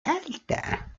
alta